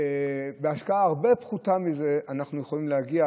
ובהשקעה פחותה בהרבה מזה אנחנו יכולים להגיע,